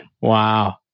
Wow